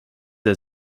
der